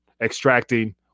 extracting